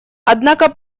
однако